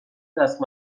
دست